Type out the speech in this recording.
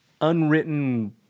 unwritten